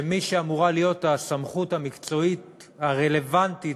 שמי שאמורה להיות הסמכות המקצועית הרלוונטית